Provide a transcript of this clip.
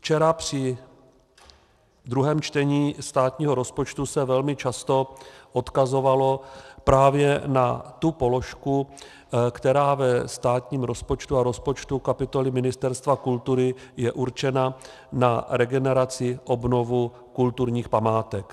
Včera při druhém čtení státního rozpočtu se velmi často odkazovalo právě na tu položku, která ve státním rozpočtu a v rozpočtu kapitoly Ministerstva kultury je určena na regeneraci a obnovu kulturních památek.